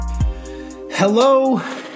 Hello